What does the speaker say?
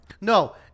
No